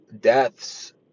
deaths